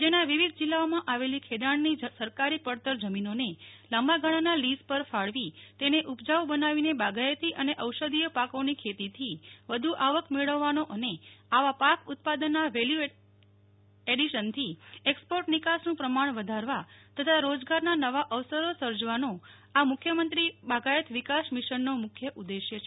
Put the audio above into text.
રાજ્યના વિવિધ જિલ્લાઓમાં આવેલી ખેડાણની સરકારી પડતર જમીનોને લાંબાગાળાના લીઝ પર ફાળવી તેને ઉપજાઉ બનાવીને બાગાયતી અને ઔષધિય પાકોની ખેતીથી વધુ આવક મેળવવાનો અને આવા પાક ઉત્પાદનના વેલ્યુએડીશનથી નિકાસનું પ્રમાણ વધારવા તથા રોજગારના નવા અવસરો સર્જવાનો આ મુખ્યમંત્રી બાગાયત વિકાસ મિશન નો મુખ્ય ઉદેશ્ય છે